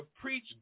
preach